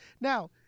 Now